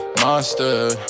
monster